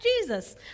Jesus